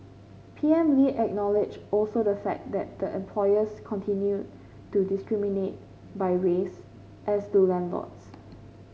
P M Lee acknowledged also the fact that the employers continue to discriminate by race as do landlords